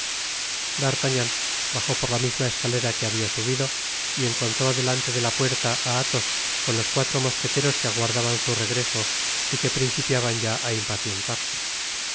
rodea d'artagnan bajó por la misma escalera que habia subido y encontró detante de la puerta á athos con los cuatro mosqueteros que aguardaban su regreso y que principiaban ya á impacientarse